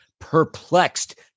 perplexed